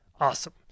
awesome